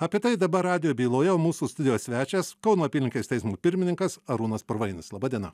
apie tai dabar radijo byloje mūsų studijos svečias kauno apylinkės teismo pirmininkas arūnas purvainis laba diena